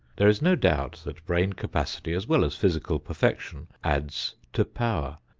there is no doubt that brain capacity as well as physical perfection adds to power,